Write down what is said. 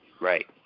Right